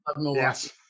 Yes